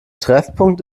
treffpunkt